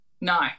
No